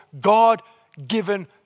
God-given